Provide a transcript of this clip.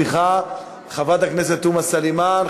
חברת הכנסת תומא סלימאן,